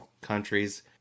countries